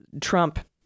Trump